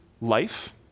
life